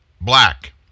black